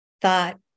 thought